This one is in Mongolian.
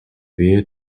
биеэ